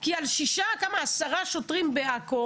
כי על שישה, 10 שוטרים בעכו